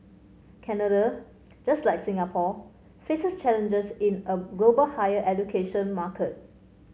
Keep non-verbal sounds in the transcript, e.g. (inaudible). Canada just like Singapore faces challenges in a (unintelligible) global higher education market